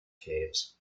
caves